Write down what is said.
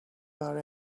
are